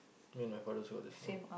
and my father sold this one